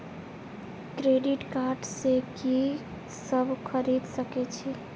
Credit card से की सब खरीद सकें छी?